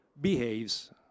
behaves